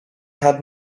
had